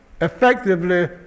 effectively